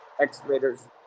Excavators